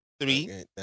Three